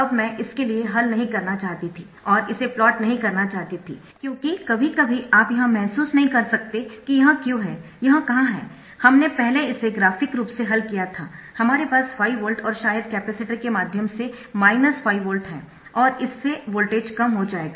अब मैं इसके लिए हल नहीं करना चाहती था और इसे प्लॉट नहीं करना चाहती था क्योंकि कभी कभी जब आप यह महसूस नहीं कर सकते कि यह क्यों है यह कहां है हमने पहले इसे ग्राफिक रूप से हल किया था हमारे पास 5 वोल्ट और शायद कपैसिटर के माध्यम से माइनस 5 वोल्ट है और इससे वोल्टेज कम हो जाएगा